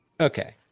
Okay